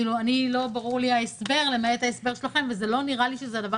לא ברור לי ההסבר למעט ההסבר שלכם וזה לא נראה לי שזה הדבר